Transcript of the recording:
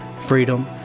freedom